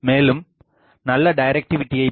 மேலும் நல்ல டைரக்டிவிடியை directivity